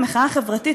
למחאה החברתית,